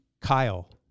Kyle